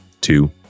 two